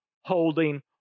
holding